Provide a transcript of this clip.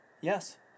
Yes